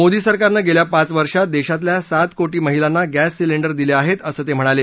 मोदी सरकारनं गेल्या पाच वर्षात देशातल्या सात कोटी महिलांना गॅस सिलेंडर दिले आहेत असं ते म्हणाले